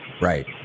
Right